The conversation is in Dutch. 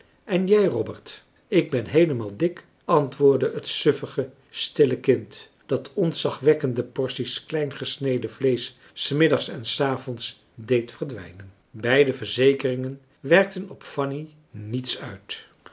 en jij robert ik ben heelemaal dik antwoordde het sufferig stille kind dat ontzagwekkende portie's kleingesneden vleesch s middags en s avonds deed verdwijnen beide verzekeringen werkten op fanny niets uit